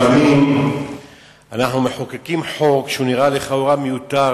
לפעמים אנחנו מחוקקים חוק שנראה לכאורה מיותר,